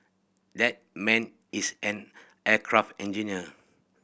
that man is an aircraft engineer